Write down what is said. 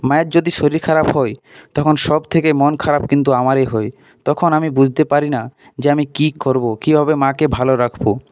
মায়ের যদি শরীর খারাপ হয় তখন সব থেকে মন খারাপ কিন্তু আমারই হয় তখন আমি বুঝতে পারি না যে আমি কী করব কীভাবে মাকে ভালো রাখব